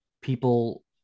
people